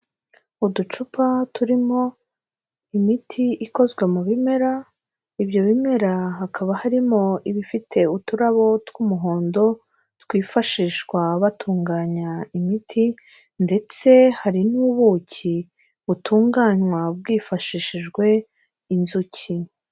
Uducupa turimo imiti ikozwe mu bimera, ibyo bimera hakaba harimo ibifite uturabo tw'umuhondo twifashishwa batunganya imiti, ndetse hari n'ubuki butunganywa bwifashishijwe inzuki.